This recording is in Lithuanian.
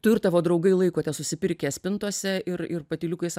tu ir tavo draugai laikote susipirkę spintose ir ir patyliukais sau